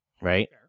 right